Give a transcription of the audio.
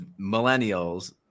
millennials